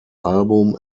album